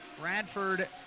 Bradford